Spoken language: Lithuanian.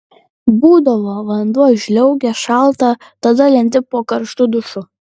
būdavo vanduo žliaugia šalta tada lendi po karštu dušu